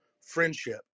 friendship